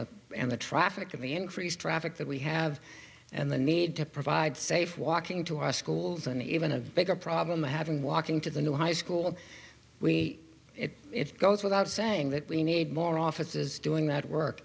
the and the traffic and the increased traffic that we have and the need to provide safe walking to our schools and even a bigger problem of having walking to the new high school we it goes without saying that we need more offices doing that work